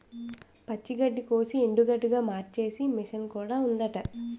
పచ్చి గడ్డికోసి ఎండుగడ్డిగా మార్చేసే మిసన్ కూడా ఉంటాది